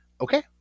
Okay